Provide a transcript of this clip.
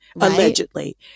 allegedly